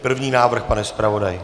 První návrh, pane zpravodaji.